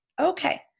okay